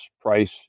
price